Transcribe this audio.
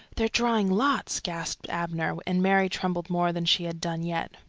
they're drawing lots! gasped abner, and mary trembled more than she had done yet.